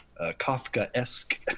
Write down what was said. kafka-esque